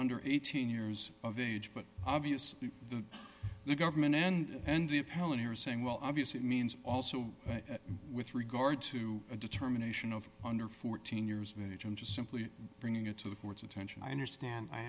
under eighteen years of age but obviously the government and the appellate are saying well obviously it means also with regard to a determination of under fourteen years of age and just simply bringing it to the court's attention i understand i